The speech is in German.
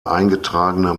eingetragene